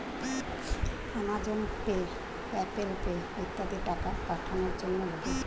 Amazon Pay, Apple Pay ইত্যাদি টাকা পাঠানোর জন্যে লাগে